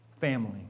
family